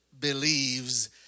believes